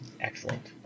excellent